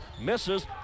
misses